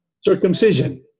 circumcision